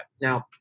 Now